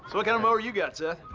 what kind of mower you got, seth?